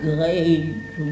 Great